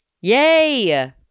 yay